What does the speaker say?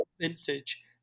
vintage